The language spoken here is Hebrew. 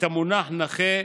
את המונח נכה,